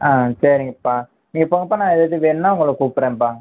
ஆ சரிங்கப்பா நீங்கள் போங்கப்பா நான் எதாவது வேணும்ன்னா உங்கள கூப்பிடுறேன்ப்பா